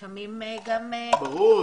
לפעמים גם --- ברור,